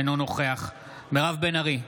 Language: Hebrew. אינו נוכח מירב בן ארי,